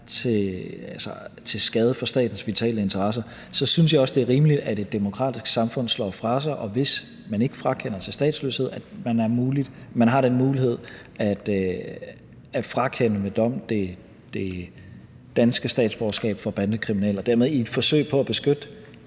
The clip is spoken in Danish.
til skade for statens vitale interesser, så synes jeg også, det er rimeligt, at et demokratisk samfund slår fra sig, hvis man ikke frakender til statsløshed, og har den mulighed for ved dom at frakende bandekriminelle det danske statsborgerskab, altså at vi i et forsøg på at beskytte